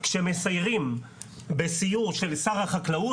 כשמסיירים בסיור של שר החקלאות,